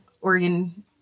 Oregon